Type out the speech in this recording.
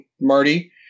Marty